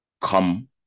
come